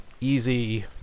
easy